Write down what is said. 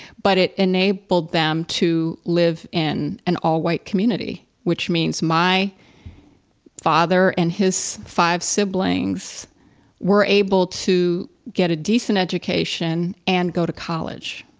but it enabled them to live in an all-white community, which means my father and his five siblings were able to get a decent education and go to college.